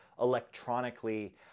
electronically